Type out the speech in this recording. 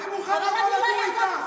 אני התנדבתי למילואים עד לפני חצי שנה.